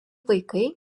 vaikai